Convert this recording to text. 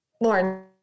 Lauren